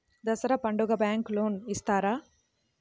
దసరా పండుగ bank loan ఇస్తారా?